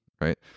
right